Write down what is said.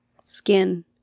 skin